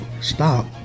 stop